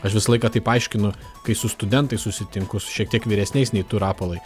aš visą laiką taip aiškinu kai su studentais susitinku su šiek tiek vyresniais nei tu rapolai